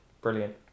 Brilliant